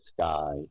sky